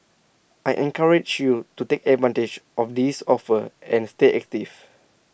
I encourage you to take advantage of these offers and stay active